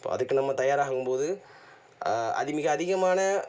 இப்போ அதுக்கு நம்ம தயாராகும் போது அது மிக அதிகமான